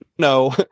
No